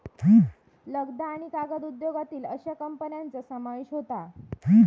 लगदा आणि कागद उद्योगातील अश्या कंपन्यांचा समावेश होता